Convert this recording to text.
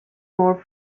more